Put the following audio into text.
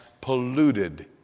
polluted